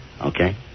Okay